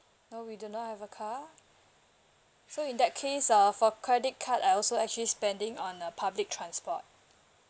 no we do not have a car so in that case ah for credit card I also actually spending on uh public transport